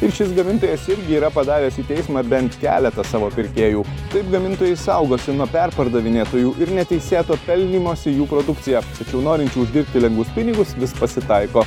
ir šis gamintojas irgi yra padavęs į teismą bent keletą savo pirkėjų taip gamintojai saugosi nuo perpardavinėtojų ir neteisėto pelnymosi jų produkcija tačiau norinčių uždirbti lengvus pinigus vis pasitaiko